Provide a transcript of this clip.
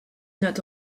not